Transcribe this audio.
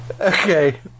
Okay